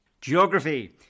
Geography